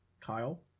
Kyle